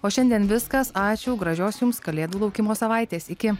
o šiandien viskas ačiū gražios jums kalėdų laukimo savaitės iki